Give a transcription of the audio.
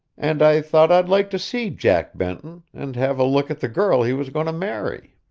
and i thought i'd like to see jack benton, and have a look at the girl he was going to marry.